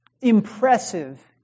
impressive